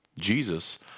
Jesus